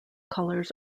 colors